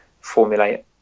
formulate